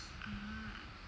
hmm